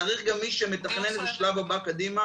צריך גם מי שמתכנן את זה לשלב הבא קדימה.